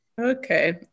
Okay